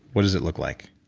what does it look like?